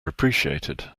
appreciated